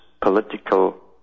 political